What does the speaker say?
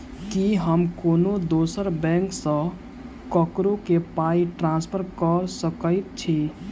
की हम कोनो दोसर बैंक सँ ककरो केँ पाई ट्रांसफर कर सकइत छि?